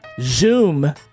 zoom